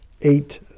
eight